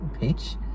peach